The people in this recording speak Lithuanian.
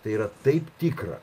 tai yra taip tikra